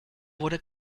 wurde